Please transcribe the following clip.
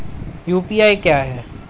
UPI क्या है?